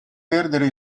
perdere